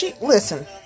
Listen